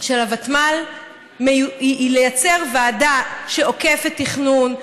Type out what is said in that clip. של הוותמ"ל היא לייצר ועדה שעוקפת תכנון,